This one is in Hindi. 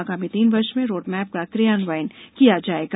आगामी तीन वर्ष में रोड मैप का क्रियान्वयन किया जाएगा